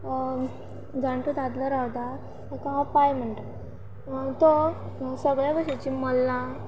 जाणटो दादलो रावता तेका हांव पांय म्हणटा तो सगळ्या भाशेची मल्लां